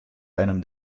einem